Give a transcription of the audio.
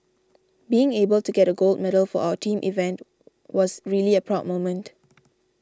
being able to get a gold medal for our team event was a really proud moment